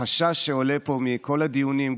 החשש שעולה פה מכל הדיונים,